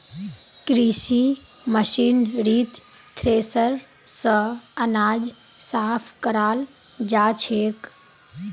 कृषि मशीनरीत थ्रेसर स अनाज साफ कराल जाछेक